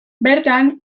bertan